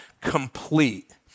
complete